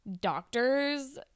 doctor's